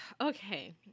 okay